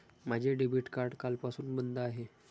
माझे debit card कालपासून बंद आहे